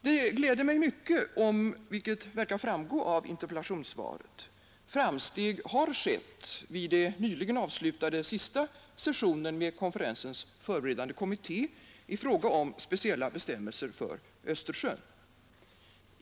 Det gläder mig mycket om, vilket verkar att framgå av interpellationssvaret, framsteg har skett vid den nyligen avslutade sista sessionen med konferensens förberedande kommitté i fråga om speciella bestämmelser för Östersjön.